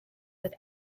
with